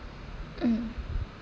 mm